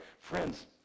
friends